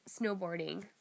snowboarding